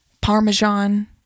parmesan